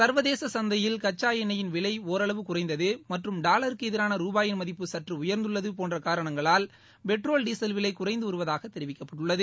சர்வதேச சந்தையில் கச்சா எண்ணெய் விலை ஒரளவு குறைந்தது மற்றும் டாலருக்கு எதிரான ரூபாயின் மதிப்பு சற்று உயர்ந்துள்ளது போன்ற காரணங்களால் பெட்ரோல் டீசல் விலை குறைந்து வருவதாக தெரிவிக்கப்பட்டுள்ளது